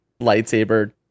lightsaber